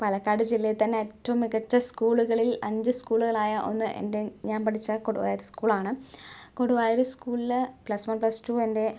പാലക്കാട് ജില്ലയിൽ തന്ന ഏറ്റവും മികച്ച സ്കൂളുകളിൽ അഞ്ച് സ്കൂളുകളായ ഒന്ന് എൻ്റെ ഞാൻ പഠിച്ച കൊടുവായൂർ സ്കൂളാണ് കൊടുവായൂർ സ്കൂളില് പ്ലസ്സ് വൺ പ്ലസ്സ് ടു എൻ്റെ